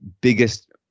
biggest